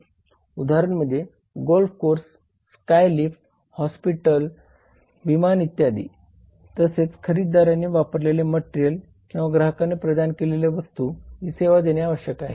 उदाहरणे म्हणजे golf course sky lift hospital विमान इत्यादी तसेच खरेदीदाराने वापरलेले मटेरियल किंवा ग्राहकाने प्रदान केलेल्या वस्तूया ही सेवा देणे आवश्यक आहेत